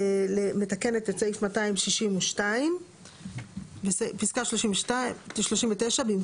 מתקנת את סעיף 262. פסקה 39. בפסקה (39),